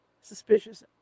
suspicious